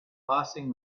passing